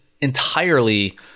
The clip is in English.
entirely